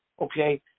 Okay